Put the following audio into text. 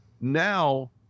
now